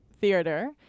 theater